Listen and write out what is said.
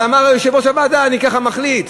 אבל אמר יושב-ראש הוועדה: אני ככה מחליט.